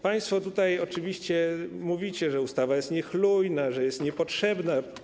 Państwo tutaj oczywiście mówicie, że ustawa jest niechlujna, że jest niepotrzebna.